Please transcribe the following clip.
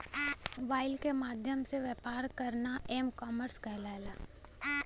mobile के माध्यम से व्यापार करना एम कॉमर्स कहलाला